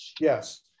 Yes